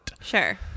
Sure